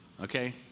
okay